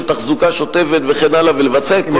תחזוקה שוטפת וכן הלאה ולבצע את מה שצריך,